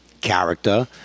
character